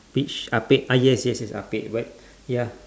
which ah pek ah yes yes yes ah pek but ya